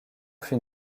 fut